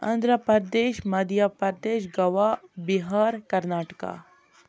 Andhra Pradesh Madhya Pradesh Goa Bihar Karnataka